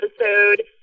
episode